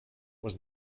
was